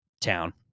town